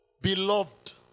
Beloved